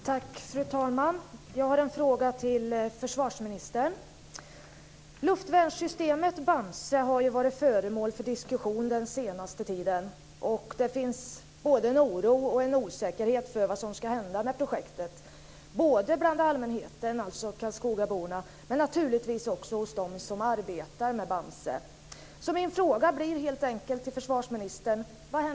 Fru talman! Jag har en fråga till försvarsministern. Luftvärnssystemet Bamse har varit föremål för diskussion den senaste tiden. Det finns både en oro och en osäkerhet för vad som ska hända med projektet både bland allmänheten, alltså karlskogaborna, och naturligtvis bland dem som arbetar med Bamse. Min fråga blir helt enkelt till försvarsministern: